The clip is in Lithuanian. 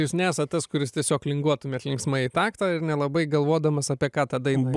jūs nesat tas kuris tiesiog linguotumėt linksmai į taktą ir nelabai galvodamas apie ką ta daina